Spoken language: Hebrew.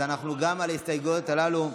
אז אנחנו גם על ההסתייגויות הללו,